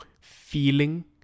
feeling